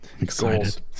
excited